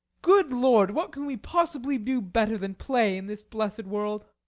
good lord, what can we possibly do better than play in this blessed world?